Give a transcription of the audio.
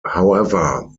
however